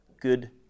good